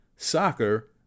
Soccer